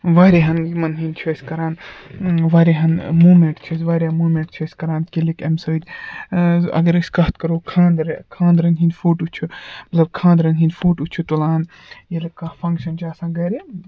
واریاہَن یِمَن ہٕنٛدۍ چھِ أسۍ کَران واریاہَن موٗمٮ۪نٛٹ چھِ أسۍ واریاہ موٗمٮ۪ٹ چھِ أسۍ کَران کِلِک اَمہِ سۭتۍ اَگر أسۍ کَتھ کَرو خانٛدرٕ خانٛدرَن ہٕنٛدۍ فوٹو چھِ مطلب خانٛدرَن ہٕنٛدۍ فوٹو چھِ تُلان ییٚلہِ کانٛہہ فَنٛگشَن چھِ آسان گَرِ